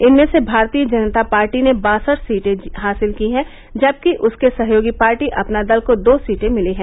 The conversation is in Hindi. इनमें से भारती जनता पार्टी ने बासठ सीटें हासिल की हैं जबकि उसके सहयोगी पार्टी अपना दल को दो सीटें मिली हैं